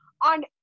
on